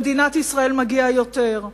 למדינת ישראל מגיע יותר.